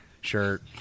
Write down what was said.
shirt